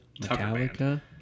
Metallica